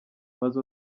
maze